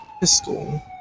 Pistol